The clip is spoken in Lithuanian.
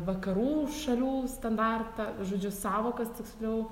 vakarų šalių standartą žodžiu sąvokas tiksliau